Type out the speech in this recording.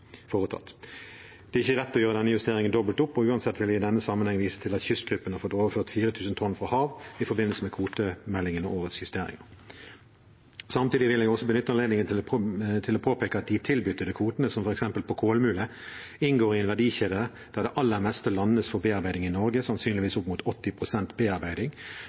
foretatt. Det er ikke rett å gjøre denne justeringen dobbelt opp, og uansett vil jeg i denne sammenhengen vise til at kystgruppen har fått overført 4 000 tonn fra hav i forbindelse med kvotemeldingen og årets justeringer. Samtidig vil jeg også benytte anledningen til å påpeke at de tilbyttede kvotene, som f.eks. på kolmule, inngår i en verdikjede der det aller meste landes for bearbeiding i Norge, sannsynligvis opp mot